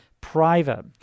private